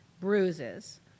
bruises